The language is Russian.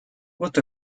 вот